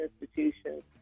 institutions